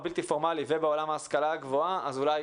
אולי נרוויח מזה ולא נורע מזה.